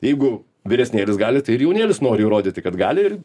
jeigu vyresnėlis gali tai ir jaunėlis nori įrodyti kad gali ir